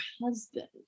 husband